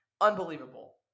Unbelievable